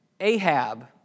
Ahab